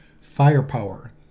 firepower